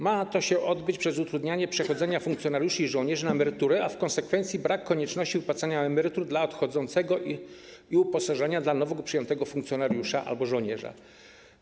Ma to się odbyć poprzez utrudnianie przechodzenia funkcjonariuszy i żołnierzy na emeryturę, a w konsekwencji brak konieczności wypłacania emerytur dla odchodzącego i uposażenia dla nowo przyjętego funkcjonariusza albo żołnierza.